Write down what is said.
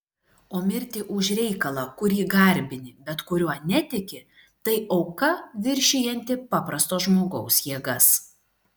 o mirti už reikalą kurį garbini bet kuriuo netiki tai auka viršijanti paprasto žmogaus jėgas